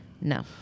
No